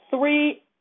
three